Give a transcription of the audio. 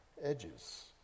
edges